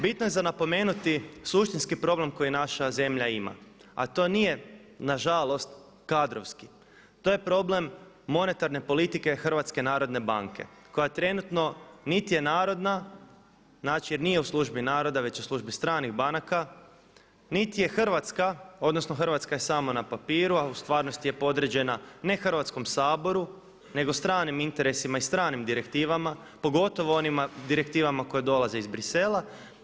Bitno je za napomenuti suštinski problem koji naša zemlja ima a to nije nažalost kadrovski, to je problem monetarne politike Hrvatske narodne banke koja trenutno nit je narodna, znači jer nije u službi naroda već u službi stranih banaka, niti je hrvatska odnosno hrvatska je samo na papiru a u stvarnosti je podređena ne Hrvatskom saboru nego stranim interesima i stranim direktivama pogotovo onim direktivama koje dolaze iz Bruxellesa.